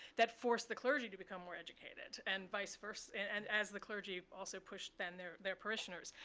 that forced the clergy to become more educated and vise versa, and as the clergy also pushed, then, their their parishioners.